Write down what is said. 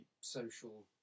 social